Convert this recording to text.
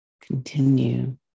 continue